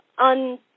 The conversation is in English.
on